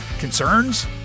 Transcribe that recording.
concerns